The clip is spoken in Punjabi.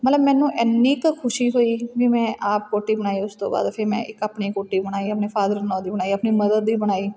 ਮਤਲਬ ਮੈਨੂੰ ਇੰਨੀ ਕੁ ਖੁਸ਼ੀ ਹੋਈ ਵੀ ਮੈਂ ਆਪ ਕੋਟੀ ਬਣਾਈ ਉਸ ਤੋਂ ਬਾਅਦ ਫਿਰ ਮੈਂ ਇੱਕ ਆਪਣੀ ਕੋਟੀ ਬਣਾਈ ਆਪਣੇ ਫਾਦਰ ਨਾ ਦੀ ਬਣਾਈ ਆਪਣੀ ਮਦਰ ਦੀ ਬਣਾਈ